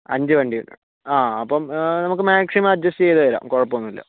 അഞ്ച് വണ്ടിയുണ്ട് ആ അപ്പം നമ്മൾക്ക് മാക്സിമം അഡ്ജസ്റ്റ് ചെയ്തു തരാം കുഴപ്പമൊന്നും ഇല്ല